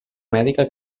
mèdica